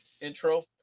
intro